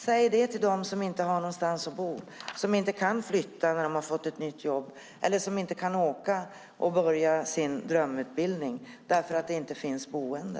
Säg det till dem som inte har någonstans att bo, som inte kan flytta när de har fått ett nytt jobb eller som inte kan börja sin drömutbildning därför att det inte finns boende.